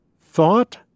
thought